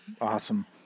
Awesome